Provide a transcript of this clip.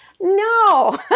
No